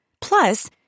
Plus